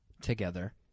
together